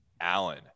Allen